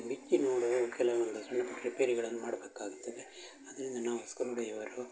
ಬಿಚ್ಚಿ ನೋಡುವ ಕೆಲವೊಂದು ಸಣ್ಣ ಪುಟ್ಟ ರಿಪೇರಿಗಳನ್ನು ಮಾಡಬೇಕಾಗ್ತದೆ ಅದರಿಂದ ನಾವು ಸ್ಕ್ರೂ ಡೈವರು